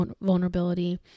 vulnerability